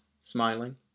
smiling